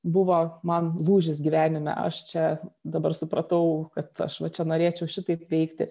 buvo man lūžis gyvenime aš čia dabar supratau kad aš va čia norėčiau šitaip veikti